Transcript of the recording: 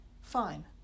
Fine